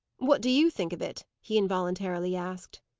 what do you think of it? he involuntarily asked.